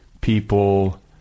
people